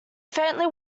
faintly